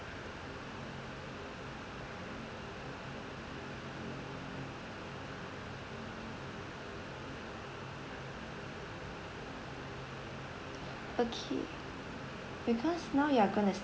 okay because now you're gonna